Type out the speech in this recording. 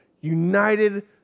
United